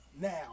now